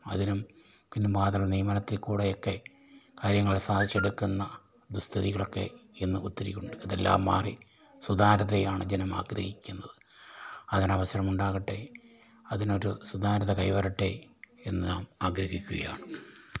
അതിനും പിൻവാതിൽ നിയമനത്തി കൂടെയൊക്കെ കാര്യങ്ങള് സാധിച്ചെടുക്കുന്ന സ്ത്രീകളൊക്കെ ഇന്നും ഒത്തിരി ഉണ്ട് അതെല്ലാം മാറി സുതാര്യതയാണ് ജനം ആഗ്രഹിക്കുന്നത് അതിനവസരമുണ്ടാകട്ടെ അതിനൊരു സുതാര്യത കൈവരട്ടെ എന്നും ആഗ്രഹിക്കുകയാണ്